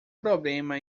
problema